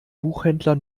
buchhändler